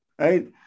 right